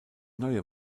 neue